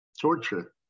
torture